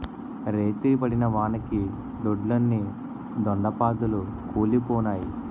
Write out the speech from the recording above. రేతిరి పడిన వానకి దొడ్లోని దొండ పాదులు కుల్లిపోనాయి